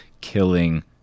killing